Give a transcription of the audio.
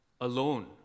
alone